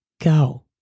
Go